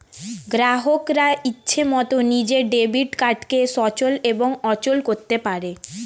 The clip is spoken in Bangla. গ্রাহকরা ইচ্ছে মতন নিজের ডেবিট কার্ডকে সচল এবং অচল করতে পারে